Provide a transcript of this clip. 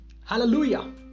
Hallelujah